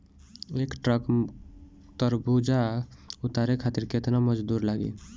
एक ट्रक तरबूजा उतारे खातीर कितना मजदुर लागी?